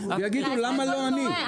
יגידו למה לא אני?